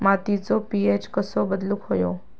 मातीचो पी.एच कसो बदलुक होयो?